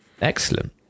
Excellent